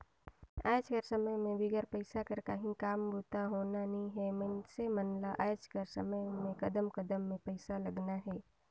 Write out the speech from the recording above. आएज कर समे में बिगर पइसा कर काहीं काम बूता होना नी हे मइनसे मन ल आएज कर समे में कदम कदम में पइसा लगना हे